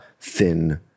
thin